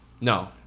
No